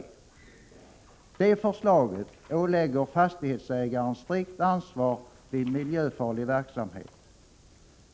I det förslaget åläggs fastighetsägaren strikt ansvar vid miljöfarlig verksamhet.